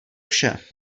vše